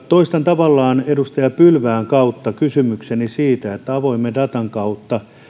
toistan tavallaan edustaja pylvään kautta kysymykseni siitä että kun avoimen datan kautta